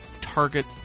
Target